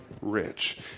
rich